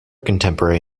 contemporary